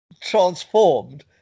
transformed